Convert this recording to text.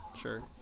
sure